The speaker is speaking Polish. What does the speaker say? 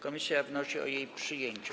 Komisja wnosi o jej przyjęcie.